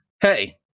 hey